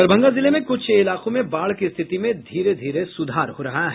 दरभंगा जिले में कुछ इलाकों में बाढ़ की स्थिति में धीरे धीरे सुधार हो रहा है